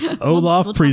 Olaf